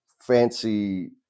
fancy